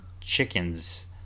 chickens